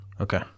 okay